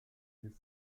die